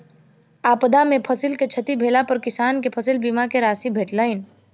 आपदा में फसिल के क्षति भेला पर किसान के फसिल बीमा के राशि भेटलैन